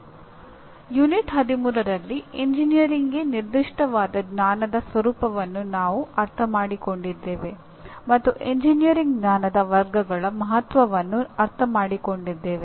ಪಠ್ಯ 13 ರಲ್ಲಿ ಎಂಜಿನಿಯರಿಂಗ್ಗೆ ನಿರ್ದಿಷ್ಟವಾದ ಜ್ಞಾನದ ಸ್ವರೂಪವನ್ನು ನಾವು ಅರ್ಥಮಾಡಿಕೊಂಡಿದ್ದೇವೆ ಮತ್ತು ಎಂಜಿನಿಯರಿಂಗ್ ಜ್ಞಾನದ ವರ್ಗಗಳ ಮಹತ್ವವನ್ನು ಅರ್ಥಮಾಡಿಕೊಂಡಿದ್ದೇವೆ